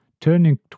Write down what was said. turning